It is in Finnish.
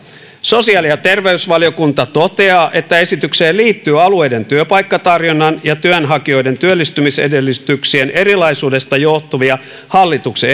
sosiaali ja terveysvaliokunta toteaa että esitykseen liittyy alueiden työpaikkatarjonnan ja työnhakijoiden työllistymisedellytyksien erilaisuudesta johtuvia hallituksen